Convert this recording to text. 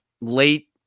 late